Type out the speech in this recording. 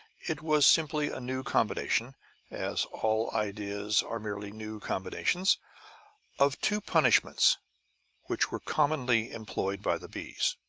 it was simply a new combination as all ideas are merely new combinations of two punishments which were commonly employed by the bees.